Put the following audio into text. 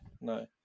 no